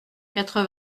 quatre